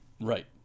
Right